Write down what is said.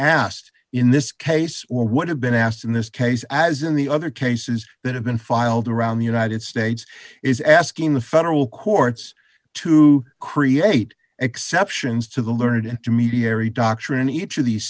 asked in this case or what have been asked in this case as in the other cases that have been filed around the united states is asking the federal courts to create exceptions to the learned and to mediate every doctor in each of the